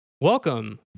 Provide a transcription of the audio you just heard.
welcome